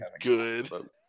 good